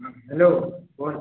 hello বল